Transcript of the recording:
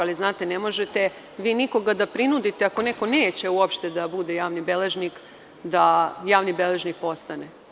Ali, ne možete vi nikoga da prinudite ako neko neće uopšte da bude javni beležnik, da to i postane.